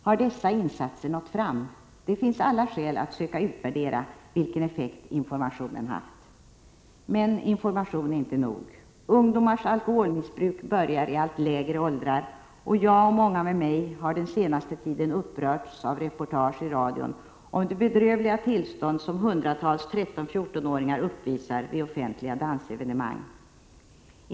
Har dessa insatser nått fram? Det finns alla skäl att söka utvärdera vilken effekt informationen haft. Men information är inte nog. Ungdomars alkoholmissbruk börjar i allt lägre åldrar. Jag, och många med mig, har den senaste tiden upprörts av reportage i radion om det bedrövliga tillstånd som hundratals 13—14-åringar uppvisar vid offentliga dansevenemang.